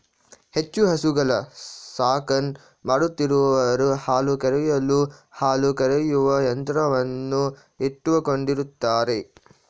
ಹೆಚ್ಚು ಹಸುಗಳ ಸಾಕಣೆ ಮಾಡುತ್ತಿರುವವರು ಹಾಲು ಕರೆಯಲು ಹಾಲು ಕರೆಯುವ ಯಂತ್ರವನ್ನು ಇಟ್ಟುಕೊಂಡಿರುತ್ತಾರೆ